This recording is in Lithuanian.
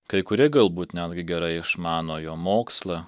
kai kuri galbūt netgi gerai išmano jo mokslą